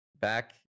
back